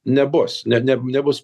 nebus ne nebus